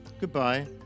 Goodbye